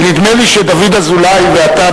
נדמה לי שדוד אזולאי ואתה,